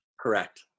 Correct